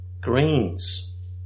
Greens